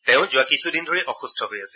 তেওঁ যোৱা কিছুদিন ধৰি অসুস্থ হৈ আছিল